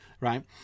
right